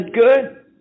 good